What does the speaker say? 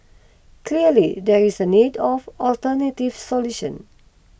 clearly there is a need of alternative solution